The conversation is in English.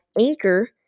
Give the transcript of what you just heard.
Anchor